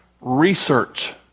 research